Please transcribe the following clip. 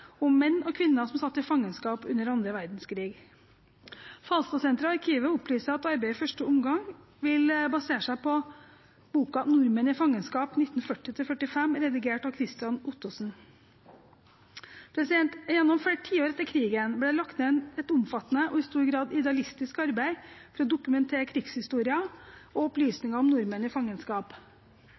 om menn og kvinner som satt i fangenskap under annen verdenskrig. Falstadsenteret og Arkivet opplyser at arbeidet i første omgang vil basere seg på boken Nordmenn i fangenskap 1940–1945, redigert av Kristian Ottosen. Gjennom flere tiår etter krigen ble det lagt ned et omfattende og i stor grad idealistisk arbeid for å dokumentere krigshistorien og opplysninger om nordmenn i fangenskap.